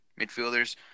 midfielders